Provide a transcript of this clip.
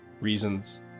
reasons